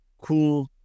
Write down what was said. cool